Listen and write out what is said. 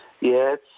Yes